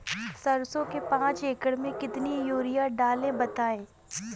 सरसो के पाँच एकड़ में कितनी यूरिया डालें बताएं?